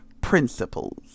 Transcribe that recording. principles